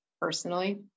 personally